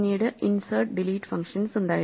പിന്നീട് insert delete functions ഉണ്ടായിരുന്നു